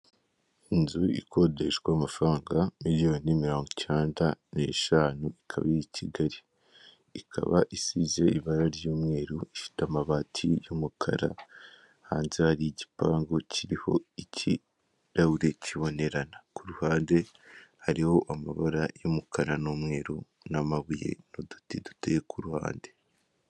Inzu ikodeshwa amafaranga miliyoni mirongo ikenda n'eshanu ikaba iri ikigali ikaba isize ibara ry'umweru, ifite amabati y'umukara, hanze hari igipangu kiriho ikirahuri kibonerana, ku ruhande hariho amabara y'umukara n'umweru n'amabuye n'uduti duteye ku ruhande.